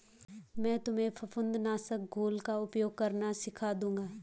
मैं तुम्हें फफूंद नाशक घोल का उपयोग करना सिखा दूंगा